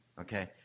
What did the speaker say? Okay